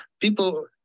people